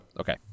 okay